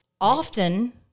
Often